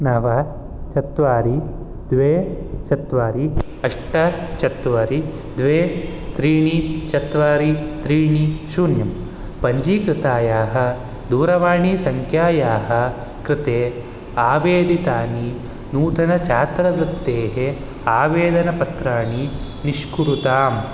नव चत्वारि द्वे चत्वारि अष्ट चत्वारि द्वे त्रीणि चत्वारि त्रीणि शून्यं पञ्जीकृतायाः दूरवाणीसंख्यायाः कृते आवेदितानि नूतनछात्रवृत्तेः आवेदनपत्राणि निष्कृताम्